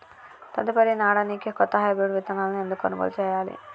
తదుపరి నాడనికి కొత్త హైబ్రిడ్ విత్తనాలను ఎందుకు కొనుగోలు చెయ్యాలి?